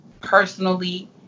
personally